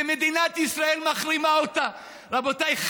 ומדינת ישראל מחרימה אותה רבותיי,